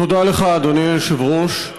תודה לך, אדוני היושב-ראש.